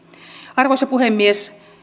arvoisa puhemies